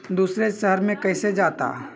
दूसरे शहर मे कैसे जाता?